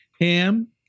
ham